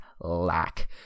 lack